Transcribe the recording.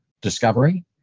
discovery